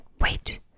Wait